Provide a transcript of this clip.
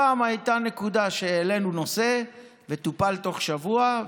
הפעם הייתה נקודה שהעלינו נושא והוא טופל בתוך שבוע.